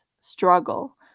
struggle